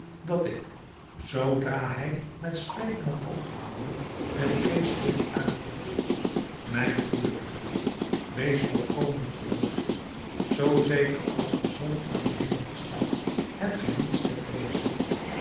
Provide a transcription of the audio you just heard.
dat ik zoodra hij met spreken had opgehouden met geestdrift uitriep mijn goede vriend wees volkomen gerust zoo zeker als de zon aan den hemel staat hebt gij niets te vreezen